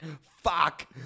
Fuck